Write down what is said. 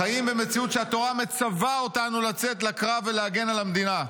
"חיים במציאות שבה התורה מצווה אותנו לצאת לקרב ולהגן על המדינה.